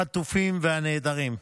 החטופים והנעדרים.